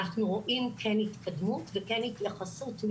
אנחנו כינסנו הבוקר את ועדת החינוך כדי לדון בנושא הזה.